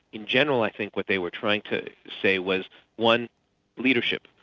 in general i think what they were trying to say was one leadership,